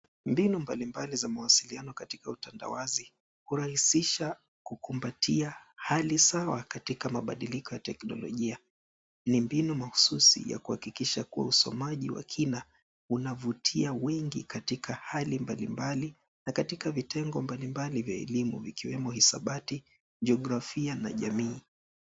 Mbinu mbalimbali za mawasiliano katika utandawazi hurahisisha kukumbatia hali sawa katika mabadiliko ya teknolojia. Ni mbinu mahususi ya kuhakikisha kuwa usomaji wa kina unavutia wengi katika hali mbalimbali na katika vitengo mbalimbali vya elimu vikiwemo hisabati, jiografia na jamii.